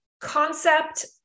concept